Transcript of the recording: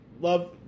love